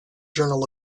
journal